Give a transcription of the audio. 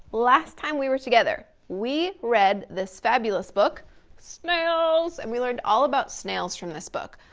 last time we were together, we read this fabulous book snails and we learned all about snails from this book.